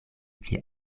pli